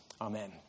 Amen